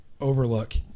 overlook